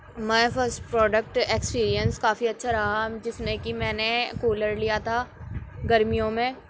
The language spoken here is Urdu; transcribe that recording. مائی فرسٹ پروڈکٹ ایکسپیرینس کافی اچھا رہا جس میں کہ میں نے کولر لیا تھا گرمیوں میں